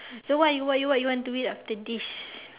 so what you what you what you want to eat after this